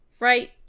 Right